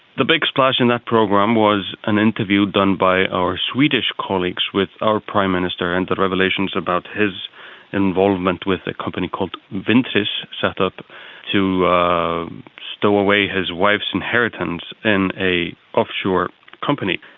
the big splash in that program was an interview done by our swedish colleagues with our prime minister and the revelations about his involvement with a company called wintris set up to stow away his wife's inheritance in an offshore company.